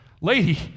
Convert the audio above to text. Lady